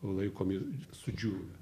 laikomi sudžiūvę